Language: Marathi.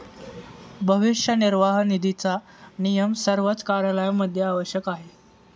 भविष्य निर्वाह निधीचा नियम सर्वच कार्यालयांमध्ये आवश्यक आहे